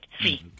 free